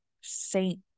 saint